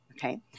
Okay